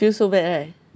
feel so bad right